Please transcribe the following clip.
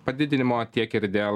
padidinimo tiek ir dėl